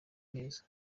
neza